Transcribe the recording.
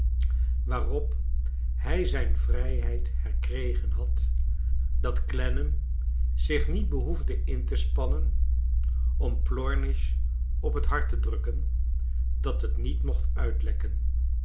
waarop liij zijn vrijheid herkregen had dat clennani zich niet behoefde in te spannen om plornish op het hart te drukken dat het niet mocht uitlekken